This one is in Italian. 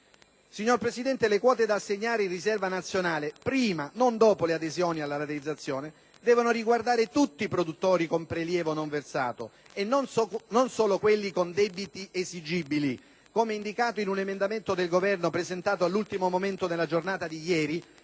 Signora Presidente, le quote da assegnare in riserva nazionale (prima, non dopo le adesioni alla rateizzazione) devono riguardare tutti i produttori con prelievo non versato e non solo quelli con debiti esigibili, come indicato in un emendamento del Governo presentato all'ultimo momento nella giornata di ieri